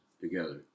together